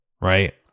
Right